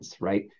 right